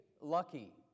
Lucky